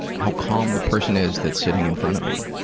how calm the person is that's sitting in front of me.